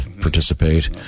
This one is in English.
participate